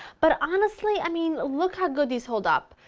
but honestly, i mean look how good these hold up.